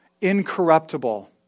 incorruptible